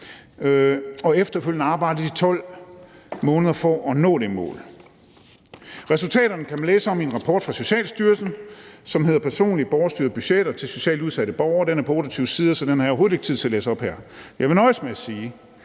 har efterfølgende arbejdet i 12 måneder for at nå det mål. Resultaterne kan man læse om i en rapport fra Socialstyrelsen, som hedder »Personlige borgerstyrede budgetter til socialt udsatte borgere« – den er på 28 sider, så den har jeg overhovedet ikke tid til at læse op her. Så jeg vil nøjes med at sige,